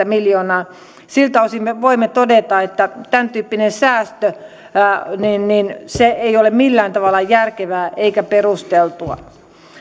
miljoonaa siltä osin me voimme todeta että tämäntyyppinen säästö ei ole millään tavalla järkevää eikä perusteltua